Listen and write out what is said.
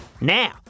Now